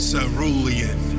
Cerulean